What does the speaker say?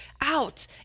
out